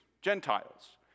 Gentiles